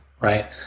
right